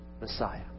Messiah